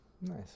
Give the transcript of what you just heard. nice